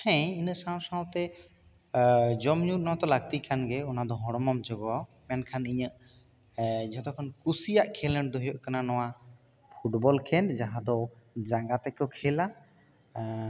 ᱦᱮᱸ ᱤᱱᱟᱹ ᱥᱟᱶ ᱥᱟᱶᱛᱮ ᱡᱚᱢ ᱧᱩ ᱦᱚᱸᱛᱚ ᱞᱟᱹᱠᱛᱤ ᱠᱷᱟᱱ ᱜᱮ ᱚᱱᱟ ᱫᱚ ᱦᱚᱲᱢᱚᱢ ᱡᱚᱜᱟᱣᱟ ᱢᱮᱱᱠᱷᱟᱱ ᱤᱧᱟᱹᱜ ᱡᱷᱚᱛᱚ ᱠᱷᱚᱱ ᱠᱩᱥᱤᱭᱟᱜ ᱠᱷᱮᱞᱳᱰ ᱫᱚ ᱦᱩᱭᱩᱜ ᱠᱟᱱᱟ ᱱᱚᱣᱟ ᱯᱷᱩᱴᱵᱚᱞ ᱠᱷᱮᱞ ᱡᱟᱦᱟᱸ ᱫᱚ ᱡᱟᱸᱜᱟ ᱛᱮᱠᱚ ᱠᱷᱮᱞᱟ